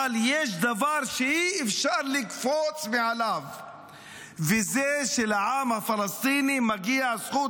אבל יש דבר שאי אפשר לקפוץ מעליו והוא שלעם הפלסטיני מגיעה הזכות